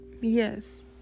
yes